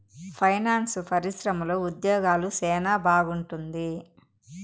finance పరిశ్రమలో ఉద్యోగాలు సెనా బాగుంటుంది